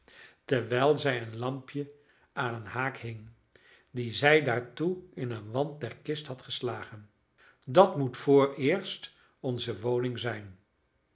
terwijl zij een lampje aan een haak hing die zij daartoe in een wand der kist had geslagen dat moet vooreerst onze woning zijn